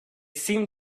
seemed